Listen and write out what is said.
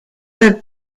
lived